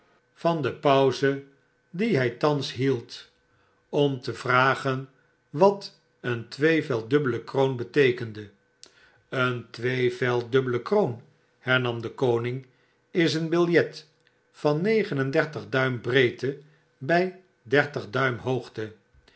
van de pauze die hij thans hield om aanplakbiljetten te vragen wat een twee vel dubbele kroon beteekende een twee vel dubbele kroon hernam de koning is een biljet van negen en dertig duim breedte bij dertig duim hoogte